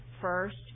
first